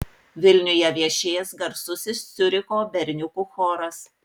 vilniuje viešės garsusis ciuricho berniukų choras